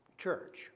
Church